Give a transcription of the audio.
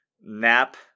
nap